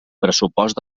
pressupost